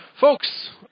Folks